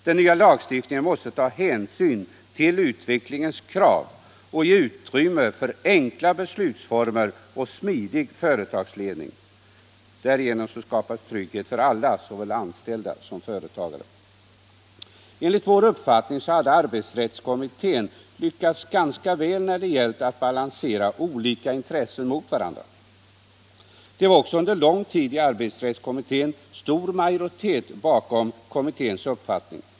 Den nya lagstiftningen måste ta hänsyn till utvecklingens krav och ge utrymme för enkla beslutsformer och smidig företagsledning. Därigenom skapas trygghet för alla, såväl anställda som företagare. Enligt vår uppfattning hade arbetsrättskommittén lyckats ganska väl när det gällde att balansera olika intressen mot varandra. Det var också under lång tid i arbetsrättskommittén stor majoritet bakom kommitténs uppfattning.